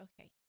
okay